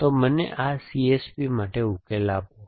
અહીં મને આ CS P માટે ઉકેલ આપો